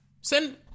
Send